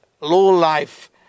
low-life